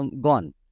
gone